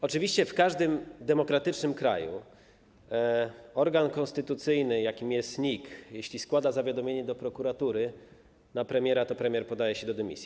Oczywiście w każdym demokratycznym kraju, jeśli organ konstytucyjny, jakim jest NIK, składa zawiadomienie do prokuratury na premiera, to premier podaje się do dymisji.